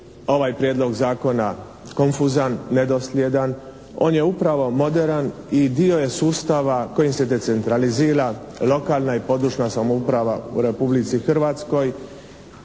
ovaj prijedlog zakona konfuzan, nedosljedan. On je upravo moderan i dio je sustava kojim se decentralizira lokalna i područna samouprava u Republici Hrvatskoj